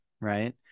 right